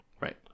Right